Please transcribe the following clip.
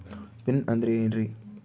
Pin ಅಂದ್ರೆ ಏನ್ರಿ?